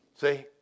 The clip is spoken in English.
See